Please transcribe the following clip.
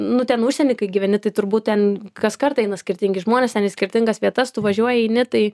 nu ten užsieny kai gyveni tai turbūt ten kas kart eina skirtingi žmonės ten į skirtingas vietas tu važiuoji eini tai